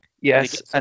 Yes